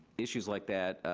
issues like that